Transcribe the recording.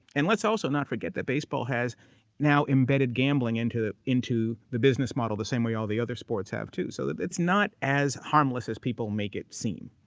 and let's also not forget that baseball has now embedded gambling into the into the business model the same way all the other sports have, too, so that it's not as harmless as people make it seem.